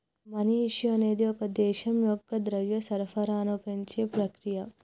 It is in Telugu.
మనీ ఇష్యూ అనేది ఒక దేశం యొక్క ద్రవ్య సరఫరాను పెంచే ప్రక్రియ